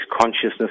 consciousness